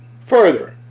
Further